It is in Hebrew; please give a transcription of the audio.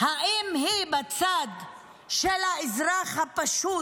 אם היא בצד של האזרח הפשוט,